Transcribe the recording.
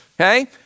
okay